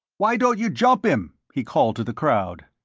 why don't you jump him, he called to the crowd.